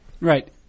Right